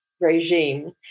regime